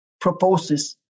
proposes